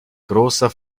großer